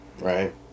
right